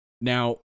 now